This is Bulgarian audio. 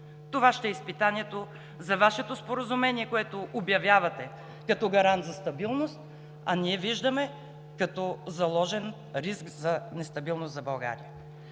Това ще е изпитанието за Вашето споразумение, което обявявате като гарант за стабилност, а ние виждаме като заложен риск за нестабилност за България.